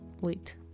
Wait